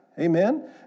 Amen